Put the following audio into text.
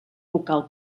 local